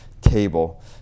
table